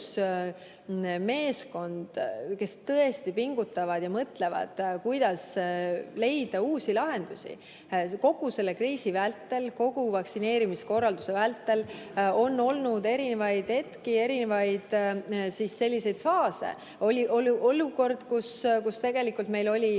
meeskond, kes tõesti pingutab ja mõtleb, kuidas leida uusi lahendusi. Kogu selle kriisi vältel, kogu vaktsineerimisaja vältel on olnud erinevaid hetki, erinevaid faase. Oli olukord, kus tegelikult meil oli